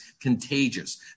contagious